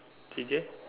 T_J